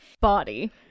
body